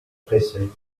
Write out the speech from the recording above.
tressaillit